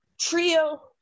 trio